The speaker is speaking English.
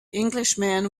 englishman